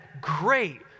great